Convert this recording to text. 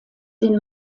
den